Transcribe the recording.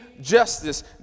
justice